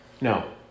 No